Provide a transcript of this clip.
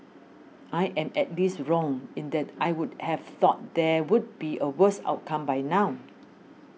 I am at least wrong in that I would have thought there would be a worse outcome by now